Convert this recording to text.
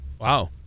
Wow